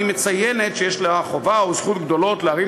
היא מציינת שיש לה חובה או זכות גדולה להרים